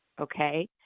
okay